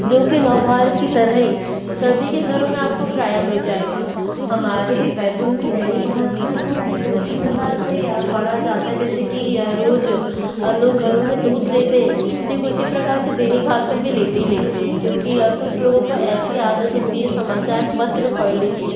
जो कि नवभारत की तरह ही सभी के घरों में आपको प्रायः मिल जाएगा हमारे बैतुल में दैनिक भास्कर को कि उसी प्रकार से पढ़ा जाता है जैसे कि रोज़ हम लोग घलों में दूध लेते ठीक उसी प्रकार से दैनिक भास्कर भी लेते ही लेते हैं क्योंकि कुछ लोगों को ऐसी आदत होती है समाचार पत्र पढ़ने की